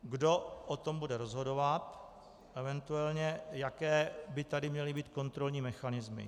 Kdo o tom bude rozhodovat, eventuálně jaké by tady měly být kontrolní mechanismy.